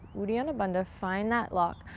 uddiyana bandha. find that lock.